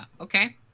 Okay